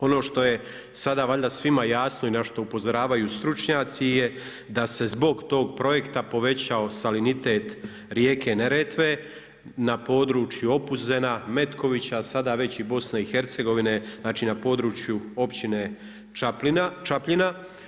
Ono što je sada valjda svima jasno i na što upozoravaju stručnjaci je da se zbog tog projekta povećao salinitet rijeke Neretve na području Opuzena, Metkovića, sada već i Bosne i Hercegovine, znači na području općine Čapljina.